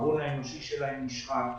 ההון האנושי שלהם נשחק,